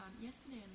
yesterday